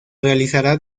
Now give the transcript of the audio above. realizará